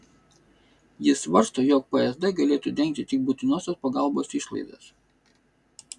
ji svarsto jog psd galėtų dengti tik būtinosios pagalbos išlaidas